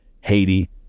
Haiti